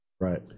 Right